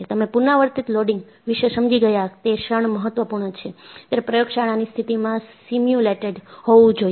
તમે પુનરાવર્તિત લોડિંગ વિશે સમજી ગયા તે ક્ષણ મહત્વપૂર્ણ છે તે પ્રયોગશાળાની સ્થિતિમાં સિમ્યુલેટેડ હોવું જોઈએ